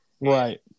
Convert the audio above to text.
Right